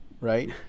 right